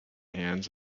hands